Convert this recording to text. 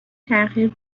تغییر